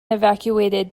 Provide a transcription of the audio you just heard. evacuated